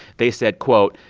they said, quote,